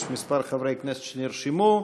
יש כמה חברי כנסת שנרשמו,